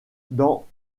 dans